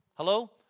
Hello